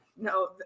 No